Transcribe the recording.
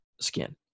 skin